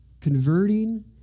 converting